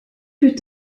plus